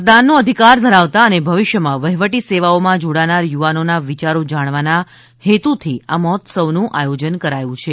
મતદાનનો અધિકાર ધરાવતા અને ભવિષ્યમાં વહીવટી સેવાઓમાં જોડાનાર યુવાનોના વિચારો જાણવાના હેતુથી આ મહોત્સવનું આયોજન કરાય છે